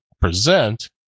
present